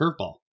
curveball